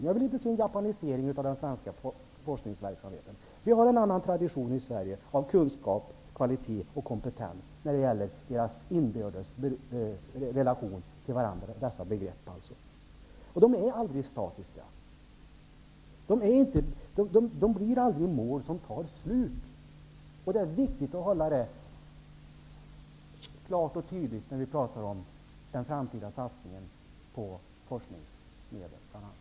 Jag vill inte se en ''japanisering'' av den svenska forskningsverksamheten. Vi har en annan tradition i Sverige i fråga om den inbördes relationen mellan begreppen kunskap, kvalitet och kompetens. De begreppen är aldrig statiska. De är aldrig mål som slutgiltigt uppnås. Det är viktigt att ha det klart för sig, när vi pratar om den framtida satsningen, bl.a.